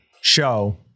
show